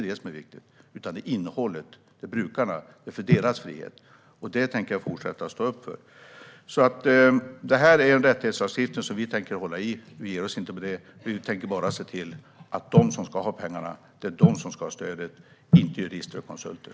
Den är till för brukarnas frihet, och den tänker jag fortsätta att stå upp för. Det här är en rättighetslagstiftning som vi tänker hålla fast vid. Vi ger oss inte på den punkten. Vi tänker bara se till att det är de som ska ha stödet som får pengarna, inte jurister och konsulter.